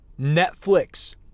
Netflix